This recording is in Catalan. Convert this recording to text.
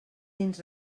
dins